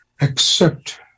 accept